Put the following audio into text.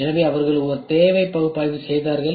எனவே அவர்கள் ஒரு தேவை பகுப்பாய்வு செய்தார்கள்